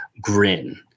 grin